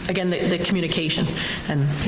again, the communication and,